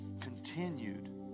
continued